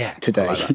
today